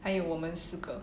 还有我们四个